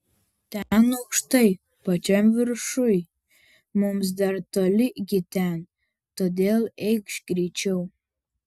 ten aukštai pačiam viršuj mums dar toli iki ten todėl eikš greičiau